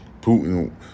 Putin